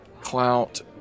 clout